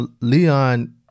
Leon